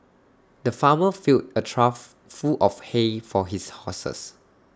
the farmer filled A trough full of hay for his horses